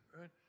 right